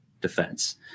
defense